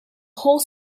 whole